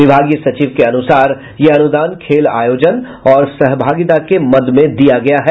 विभागीय सचिव के अनुसार यह अनुदान खेल आयोजन और सहभागिता के मद में दिया गया है